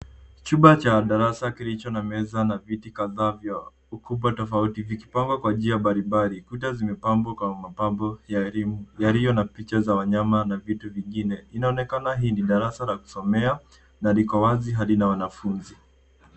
Chumba cha darasa kilicho na meza na viti kadhaa vya ukubwa tofauti vikipangwa kwa njia mbalimbali. Kuta zimepambwa kwa mapambo yaliyo na picha za wanyama na vitu vingine. Inaonekana hii ni darasa la kusomea na liko wazi hadi na wanafunzi.